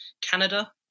Canada